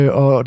og